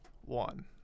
One